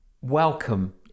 Welcome